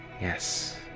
yes,